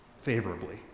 favorably